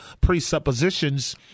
presuppositions